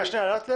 נימוק.